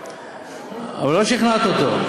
אבל לא שכנעת אותו.